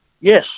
Yes